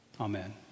Amen